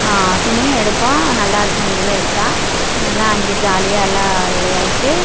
துணியும் எடுப்போம் நல்லா இருக்கும் அங்கே எல்லாம் எடுத்தால் நல்லா அங்கே ஜாலியாக எல்லா விளையாடிட்டு